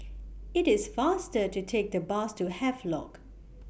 IT IS faster to Take The Bus to Havelock